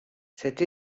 cette